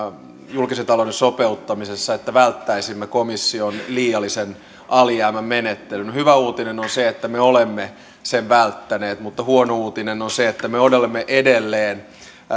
julkisen talouden sopeuttamisessa sen eteen että välttäisimme komission liiallisen alijäämän menettelyn hyvä uutinen on se että me olemme sen välttäneet mutta huono uutinen on se että me olemme olemme edelleen